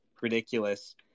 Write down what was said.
ridiculous